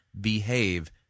behave